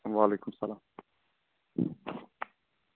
وعلیکُم سلام